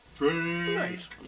Nice